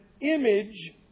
image